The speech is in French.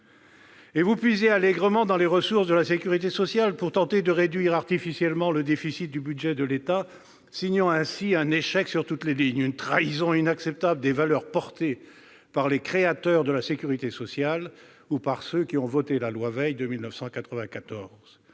Vous puisez aussi allègrement dans les ressources de la sécurité sociale pour tenter de réduire artificiellement le déficit du budget de l'État, signant ainsi un échec sur toutes les lignes. C'est une trahison inacceptable des valeurs portées par les créateurs de la sécurité sociale ou par ceux qui ont voté la loi Veil de 1994.